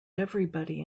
everybody